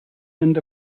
end